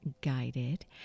guided